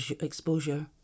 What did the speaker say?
exposure